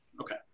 okay